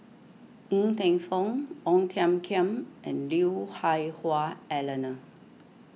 Ng Teng Fong Ong Tiong Khiam and Lui Hah Wah Elena